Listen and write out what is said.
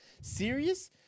Serious